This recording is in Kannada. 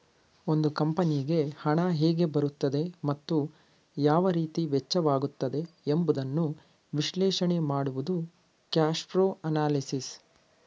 ಒಂದು ಕಂಪನಿಗೆ ಹಣ ಹೇಗೆ ಬರುತ್ತದೆ ಮತ್ತು ಯಾವ ರೀತಿ ವೆಚ್ಚವಾಗುತ್ತದೆ ಎಂಬುದನ್ನು ವಿಶ್ಲೇಷಣೆ ಮಾಡುವುದು ಕ್ಯಾಶ್ಪ್ರೋ ಅನಲಿಸಿಸ್